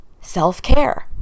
self-care